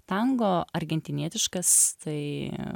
tango argentinietiškas tai